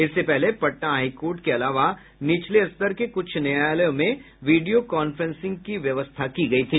इससे पहले Patna high court के अलावा नीचले स्तर के कुछ न्यायालयों में वीडियो कांफ्रेंसिंग की व्यवस्था की गयी थी